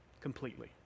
Completely